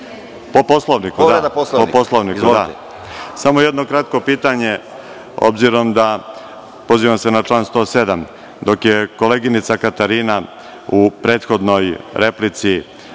Radojević** Samo jedno kratko pitanje s obzirom da se pozivam na član 107. Dok je koleginica Katarina u prethodnoj replici